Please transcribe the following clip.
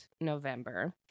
November